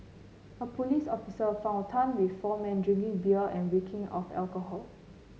a police officer found Tan with four men drinking beer and reeking of alcohol